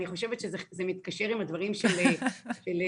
אני חושבת שזה מתקשר עם הדברים של צבי,